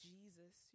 Jesus